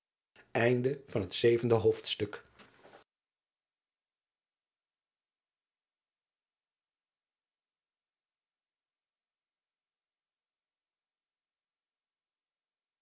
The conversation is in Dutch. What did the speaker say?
preuken van het zevende oofdstuk